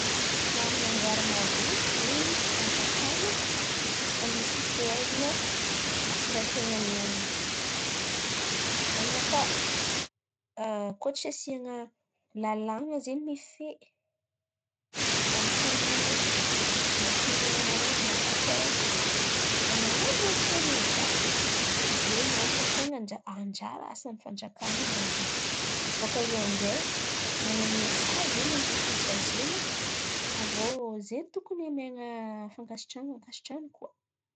Man̈ana anjara maventy zen̈y fandrakana amin'ny fifihezan̈a fitondran-ten̈an'olo. Aminakà kôa tsy asiana làlan̈a zen̈y mifehy amin'ny tan̈y araiky na firenena araiky na amin'ny faritry araiky, man̈ano ràha tiany olo jiàby. Zen̈y antony ten̈a anja- anjara asan'ny fanjakana amin'ny ràha zen̈y, bôkà eo amin'izay man̈amia sazy zen̈y olo tokony sazian̈a, avy iô zen̈y tokony amian̈a fankasitrahan̈a, ankasitrahan̈a koa.